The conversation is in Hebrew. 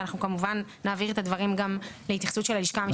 ואנחנו כמובן נעביר את הדברים גם להתייחסות הלשכה המשפטית במשרד הפנים.